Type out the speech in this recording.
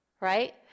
Right